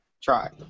try